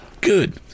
Good